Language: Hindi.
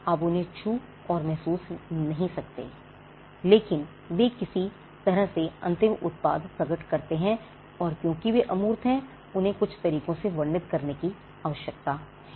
आप उन्हें छू और महसूस नहीं कर सकते हैं लेकिन वे किसी तरह से अंतिम उत्पाद प्रकट करते हैं और क्योंकि वे अमूर्त हैं उन्हें कुछ तरीकों से वर्णित करने की आवश्यकता है